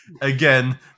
Again